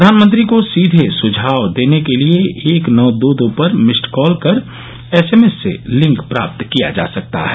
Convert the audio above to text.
प्रधानमंत्री को सीधे सुझाव देने के लिए एक नौ दो दो पर मिस्ड कॉल कर एस एम एस से लिंक प्राप्त किया जा सकता है